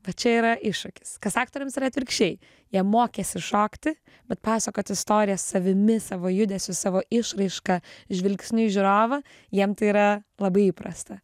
va čia yra iššūkis kas aktoriams yra atvirkščiai jie mokėsi šokti bet pasakot istorijas savimi savo judesiu savo išraiška žvilgsniu į žiūrovą jiem tai yra labai įprasta